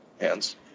hands